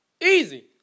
Easy